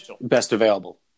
best-available